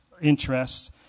interests